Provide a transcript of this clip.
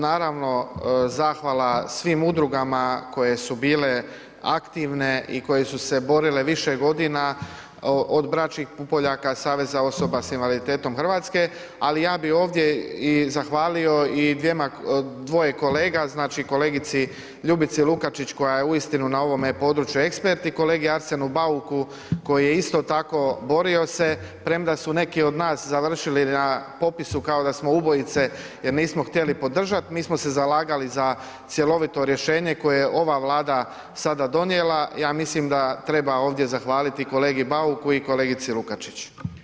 Naravno, zahvala svim udrugama koje su bile aktivne i koje su se borile više godina, od „Bračkih pupoljaka“ više godina od „Bračkih pupoljaka“, Saveza osoba sa invaliditetom Hrvatske ali ja bi ovdje i zahvalio i dvoje kolega, znači kolegici Ljubici Lukačić koja je uistinu na ovome području ekspert i kolegi Arsenu Bauku koji je isto tako borio se premda su neki od nas završili na popisu kao da smo ubojice jer nismo htjeli podržat, mi smo se zalagali za cjelovito rješenje koje je ova Vlada sada donijela, ja mislim da treba ovdje zahvaliti kolegi Bauku i kolegici Lukačić.